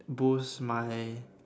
boost my